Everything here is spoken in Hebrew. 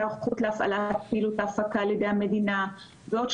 היערכות להפקה על ידי המדינה ועוד.